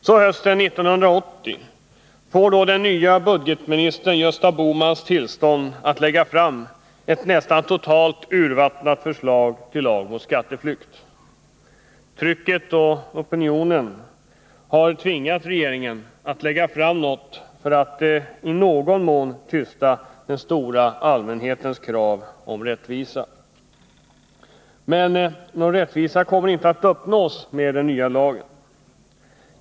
Så hösten 1980 får den nye budgetministern Rolf Wirtén tillstånd att lägga fram ett nästan totalt urvattnat förslag till lag mot skatteflykt. Trycket och opinionen har tvingat regeringen att lägga fram något för att i någon mån tysta den stora allmänhetens krav på rättvisa. Men någon rättvisa kommer inte att uppnås med den nya lagen.